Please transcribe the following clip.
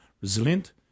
resilient